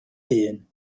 hun